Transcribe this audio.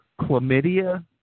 chlamydia